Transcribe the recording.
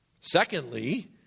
Secondly